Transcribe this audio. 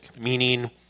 meaning